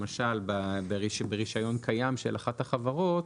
למשל ברישיון קיים של אחת החברות,